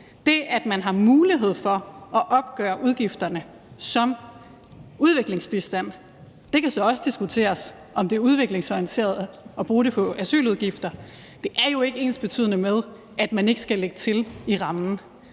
med, at man har mulighed for at opgøre udgifterne som udviklingsbistand, vil jeg sige: Det kan så også diskuteres, om det er udviklingsorienteret at bruge den til asyludgifter. Det er jo ikke ensbetydende med, at man ikke skal lægge til rammen